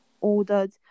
ordered